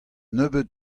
nebeud